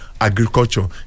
agriculture